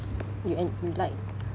you en~ you like